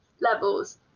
levels